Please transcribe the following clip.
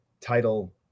title